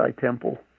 Temple